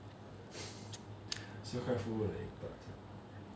still quite full leh egg tart sia